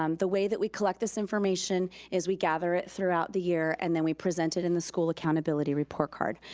um the way that we collect this information is that we gather it throughout the year, and then we present it in the school accountability report card.